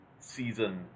season